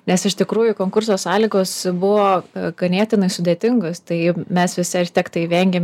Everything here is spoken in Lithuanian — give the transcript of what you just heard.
nes iš tikrųjų konkurso sąlygos buvo ganėtinai sudėtingos tai mes visi architektai vengėm